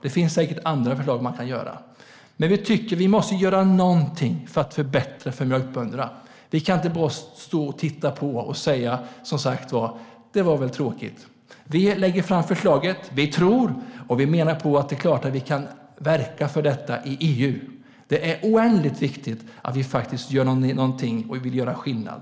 Det går säkert att lägga fram andra förslag. Men vi tycker att vi måste göra någonting för att förbättra för mjölkbönderna. Vi kan inte bara stå och titta på och säga "det var väl tråkigt". Vi lägger fram förslaget. Det är klart att vi kan verka för detta i EU. Det är oändligt viktigt att vi gör någonting och vill göra skillnad.